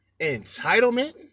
Entitlement